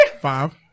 five